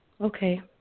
Okay